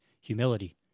humility